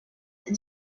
huit